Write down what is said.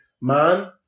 man